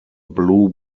blue